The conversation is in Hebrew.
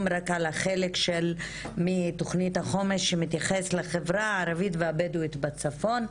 רק על החלק מתוכנית החומש שמתייחס לחברה הערבית והבדואית בצפון,